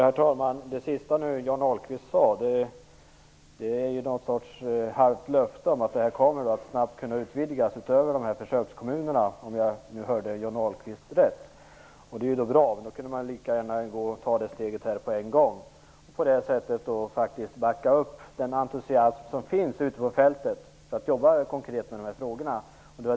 Herr talman! Det sista som Johnny Ahlqvist sade var, om jag hörde rätt, ett halvt löfte om att detta snabbt kommer att utvidgas utöver försökskommunerna. Det är bra, men då kunde man lika gärna ta det steget på en gång och på så sätt backa upp den entusiasm som finns ute på fältet för att jobba konkret med de här frågorna.